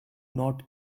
not